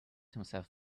himself